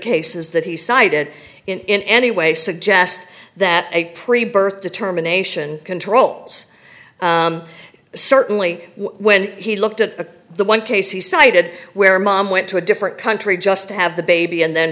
that he cited in any way suggest that a pre birth determination controls certainly when he looked at the one case he cited where mom went to a different country just to have the baby and then